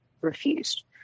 refused